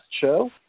show